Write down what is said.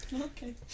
Okay